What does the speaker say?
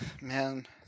Man